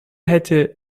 hätte